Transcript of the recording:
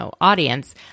audience